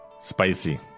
Spicy